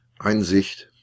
Einsicht